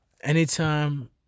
anytime